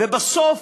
ובסוף,